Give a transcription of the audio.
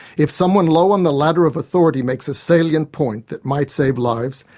if someone low on the ladder of authority makes a salient point that might save lives,